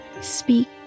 speak